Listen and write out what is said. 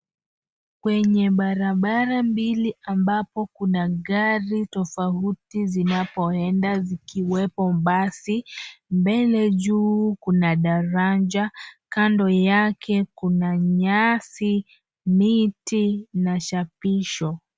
Kwenye barabara mbili ambapo kuna gari tofauti zinapoenda, zikiwepo basi. Mbele juu kuna daraja. Kando yake kuna nyasi, miti, na chapisho.